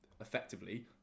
effectively